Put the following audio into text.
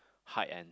hide and